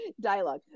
dialogue